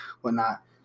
whatnot